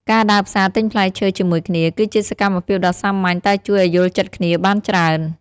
ការដើរផ្សារទិញផ្លែឈើជាមួយគ្នា គឺជាសកម្មភាពដ៏សាមញ្ញតែជួយឱ្យយល់ចិត្តគ្នាបានច្រើន។